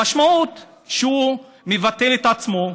המשמעות היא שהוא מבטל את עצמו,